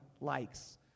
likes